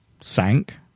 sank